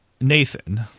Nathan